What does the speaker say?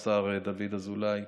השר דוד אזולאי,